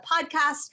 podcast